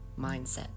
mindset